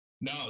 no